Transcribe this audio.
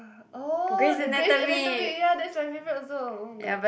oh the Grey's Anatomy ya that's my favourite also but